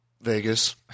Vegas